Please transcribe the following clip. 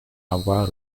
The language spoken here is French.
avoir